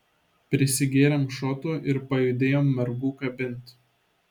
prisigėrėm šotų ir pajudėjom mergų kabint